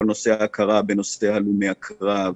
כל נושא ההכרה בהלומי הקרב,